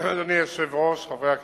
אדוני היושב-ראש, חברי הכנסת,